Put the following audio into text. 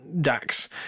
Dax